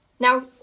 Now